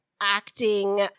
acting